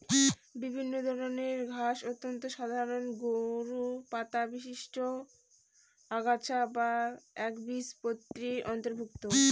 বিভিন্ন ধরনের ঘাস অত্যন্ত সাধারন সরু পাতাবিশিষ্ট আগাছা যা একবীজপত্রীর অন্তর্ভুক্ত